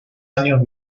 años